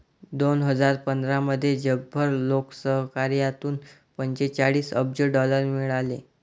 दोन हजार पंधरामध्ये जगभर लोकसहकार्यातून पंचेचाळीस अब्ज डॉलर मिळाले